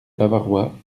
bavarois